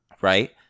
right